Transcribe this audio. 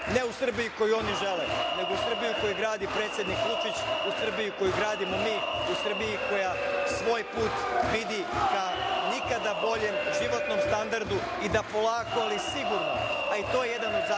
ne u Srbiji koju oni žele, nego u Srbiji koju gradi predsednik Vučić, u Srbiji koju gradimo mi, u Srbiji koja svoj put vidi ka nikada boljem životnom standardu i da se polako, ali sigurno, a i to je jedan od zakona